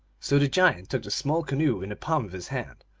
so the giant took the small canoe in the palm of his hand,